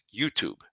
YouTube